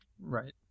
Right